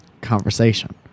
conversation